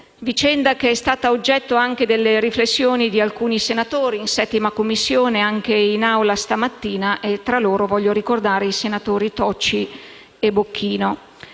Vicenda che è stata oggetto anche delle riflessioni di alcuni senatori, in 7a Commissione e anche in Aula stamattina, e tra loro voglio ricordare i senatori Tocci e Bocchino.